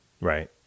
Right